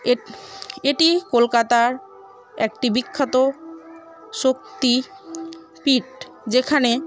এ এটি কলকাতার একটি বিখ্যাত শক্তি পীঠ যেখানে